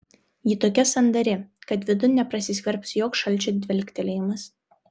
ji tokia sandari kad vidun neprasiskverbs joks šalčio dvelktelėjimas